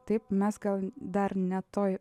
taip mes gal dar ne toj